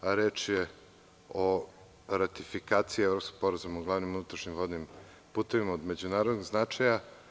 Reč je o ratifikaciji Evropskog sporazuma o glavnim unutrašnjim vodnim putevima od međunarodnog značaja.